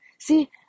See